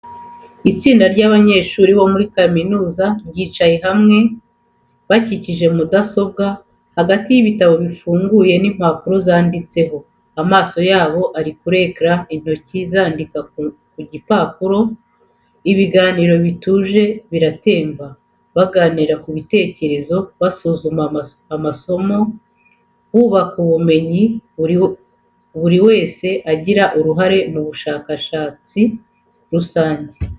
Itsinda ry’abanyeshuri bo muri kaminuza ryicaye hamwe bakikije mudasobwa, hagati y’ibitabo bifunguye n’impapuro zanditseho. Amaso yabo ari kuri ekara, intoki zandika ku gipapuro, ibiganiro bituje biratemba. Baganira ku bitekerezo, basuzuma amasomo, bubaka ubumenyi buri wese agira uruhare mu bushakashatsi rusange.